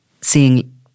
seeing